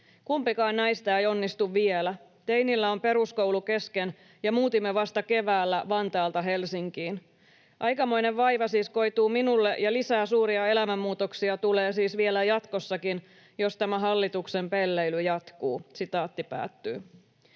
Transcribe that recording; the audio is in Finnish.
Kumpikaan näistä ei onnistu vielä. Teinillä on peruskoulu kesken, ja muutimme vasta keväällä Vantaalta Helsinkiin. Aikamoinen vaiva siis koituu minulle, ja lisää suuria elämänmuutoksia tulee siis vielä jatkossakin, jos tämä hallituksen pelleily jatkuu.” ”Olen